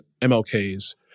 MLK's